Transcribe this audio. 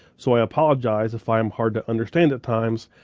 so i apologize if i am hard to understand at times,